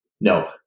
No